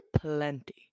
plenty